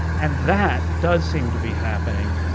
and that does seem to be happening.